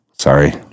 Sorry